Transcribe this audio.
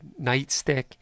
Nightstick